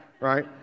right